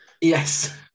Yes